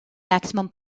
maximum